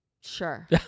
Sure